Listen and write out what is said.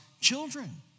children